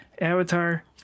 Avatar